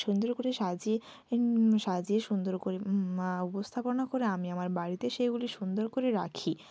সুন্দর করে সাজিয়ে সাজিয়ে সুন্দর করে উপস্থাপনা করে আমি আমার বাড়িতে সেইগুলি সুন্দর করে রাখি